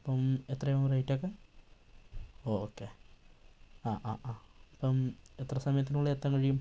അപ്പം എത്രയാവും റേറ്റ് ഒക്കെ ഓക്കേ ആ ആ ആ അപ്പം എത്ര സമയത്തിനുള്ളിൽ എത്താൻ കഴിയും